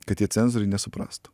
kad tie cenzoriai nesuprastų